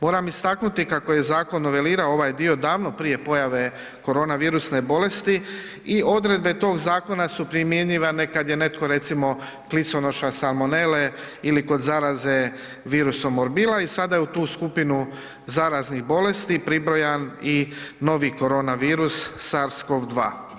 Moram istaknuti kako je zakon novelirao ovaj dio davno prije pojave koronavirusne bolesti i odredbe tog zakona su primjenjivane kad je netko recimo kliconoša salmonele ili kod zaraze virusom morbila i sada je u tu skupinu zaraznih bolesti pribrojan i novi koronavirus SARS-CoV-2.